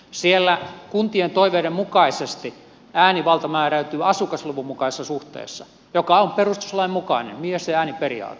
siellä kuntien toiveiden mukaisesti äänivalta määräytyy asukasluvun mukaisessa suhteessa mikä on perustuslain mukainen mies ja ääni periaate